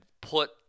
put